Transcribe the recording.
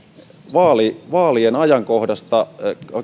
vaalien ajankohdasta